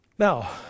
Now